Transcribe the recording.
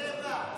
באיזה צבע?